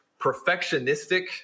perfectionistic